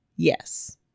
Yes